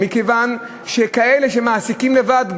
מכיוון שכאלה שמעסיקים לבד,